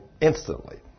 instantly